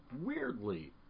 weirdly